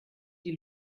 die